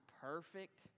perfect